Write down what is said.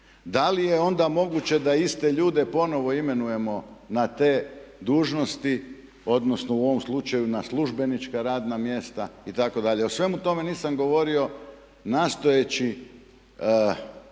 Da li je onda moguće da iste ljude ponovno imenujemo na te dužnosti odnosno u ovom slučaju na službenička radna mjesta itd.? O svemu tome nisam govorio nastojeći